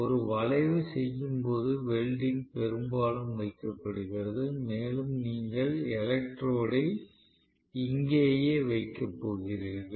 ஒரு வளைவு செய்யும் போது வெல்டிங் பெரும்பாலும் வைக்கப் படுகிறது மேலும் நீங்கள் எலக்ட்ரோடை இங்கேயே வைக்கப் போகிறீர்கள்